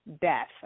death